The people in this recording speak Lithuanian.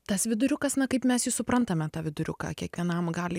tas viduriukas na kaip mes jį suprantame tą viduriuką kiekvienam gali